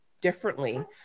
Differently